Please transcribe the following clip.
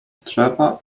drzewa